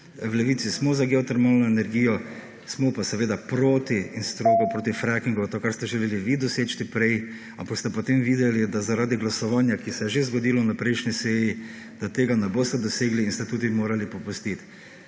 V Levici smo za geotermalno energijo, smo pa seveda proti / znak za konec razprave/ in strogo proti frekingu, to kar ste želeli vi doseči prej, ampak ste potem videli, da zaradi glasovanja, ki se je že zgodilo na prejšnji seji, da tega ne boste dosegli in ste tudi morali popustit.